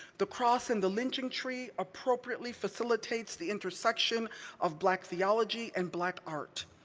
the cross and the lynching tree appropriately facilitates the intersection of black theology and black art,